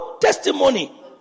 testimony